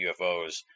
UFOs